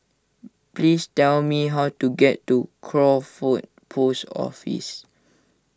please tell me how to get to Crawford Post Office